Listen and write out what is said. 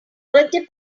birthday